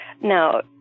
Now